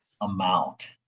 amount